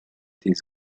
des